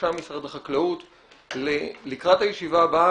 ובראשם משרד החקלאות לקראת הישיבה הבאה,